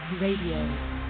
Radio